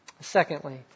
Secondly